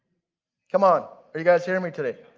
come on, are you guys hearing me today?